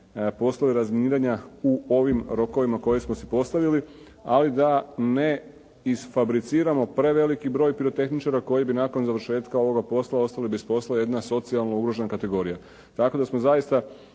poslove razminiranja u ovim rokovima koje smo si postavili, ali da ne isfabriciramo preveliki broj pirotehničara koji bi nakon završetka ovoga posla ostali bez posla, jedna socijalno ugrožena kategorija. Tako da smo zaista